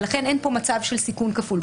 לכן אין כאן מצב של סיכון כפול.